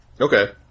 Okay